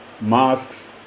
masks